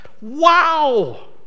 Wow